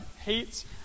hates